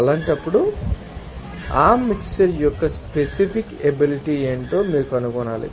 అలాంటప్పుడు ఆ మిక్శ్చర్ యొక్క స్పెసిఫిక్ ఎబిలిటీ ఏమిటో మీరు కనుగొనాలి